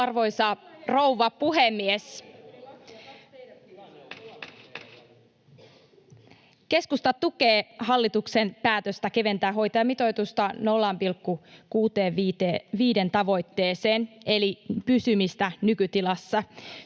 Arvoisa rouva puhemies! Keskusta tukee hallituksen päätöstä keventää hoitajamitoitusta 0,65:n tavoitteeseen eli pysymistä nykytilassa.